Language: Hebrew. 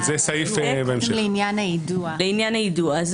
לעניין היידוע.